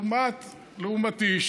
לעומתי,